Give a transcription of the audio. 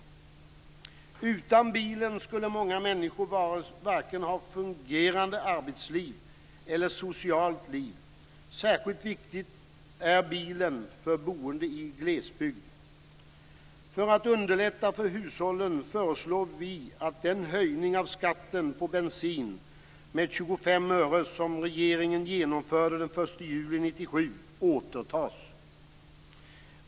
Utan bilen skulle många människor ha varken fungerande arbetsliv eller socialt liv. Särskilt viktig är bilen för boende i glesbygd. För att underlätta för hushållen föreslår vi att den höjning av skatten på bensin med 25 öre som regeringen genomförde den 1 juli 1997 återtas.